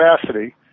capacity